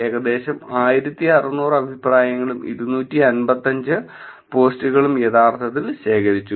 ഏകദേശം 1600 അഭിപ്രായങ്ങളും 255 പോസ്റ്റുകളും യഥാർത്ഥത്തിൽ ശേഖരിച്ചു